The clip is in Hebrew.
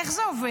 איך זה עובד?